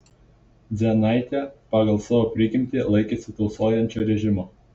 dzienaitė pagal savo prigimtį laikėsi tausojančio režimo